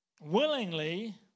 willingly